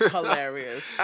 Hilarious